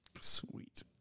Sweet